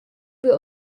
wir